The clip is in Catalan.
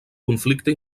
conflicte